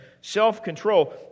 self-control